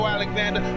Alexander